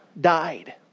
died